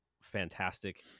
fantastic